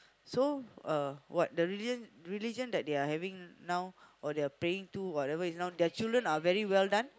so uh what the religion the religion that they are having now or they are praying to whatever is now their children are very well done